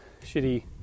shitty